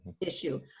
issue